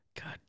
God